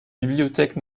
bibliothèque